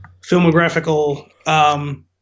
filmographical